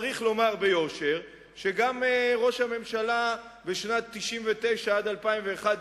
צריך לומר ביושר שגם ראש הממשלה בשנים 1999 2001,